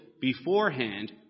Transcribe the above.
beforehand